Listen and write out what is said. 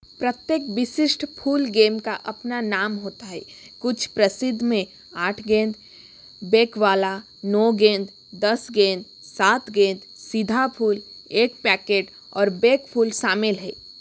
प्रत्येक बिशिष्ट pool game का अपना नाम होता है कुछ प्रसिद्ध में आठ गेंद बेकवाला नौ गेंद दस गेंद सात गेंद सीधा फूल एक पैकेट और बैक फूल शामिल है